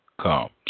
comes